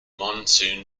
monsoon